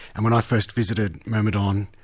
and when i first visited myrmidon,